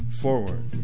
Forward